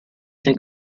der